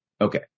Okay